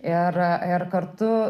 ir ir kartu